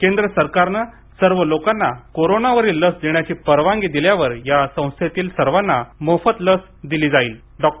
केंद्र सरकारनं सर्व लोकांना करोनावरील लस देण्यास परवानगी दिल्यावर या संस्थेतील सर्वाना मोफत लस दिली जाईल डॉ